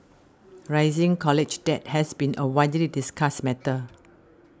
rising college debt has been a widely discussed matter